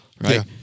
Right